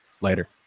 Later